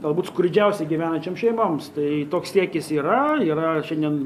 galbūt skurdžiausiai gyvenančioms šeimoms tai toks siekis yra yra šiandien